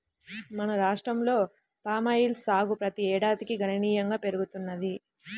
మన రాష్ట్రంలో పామాయిల్ సాగు ప్రతి ఏడాదికి గణనీయంగా పెరుగుతున్నది